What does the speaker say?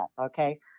Okay